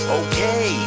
okay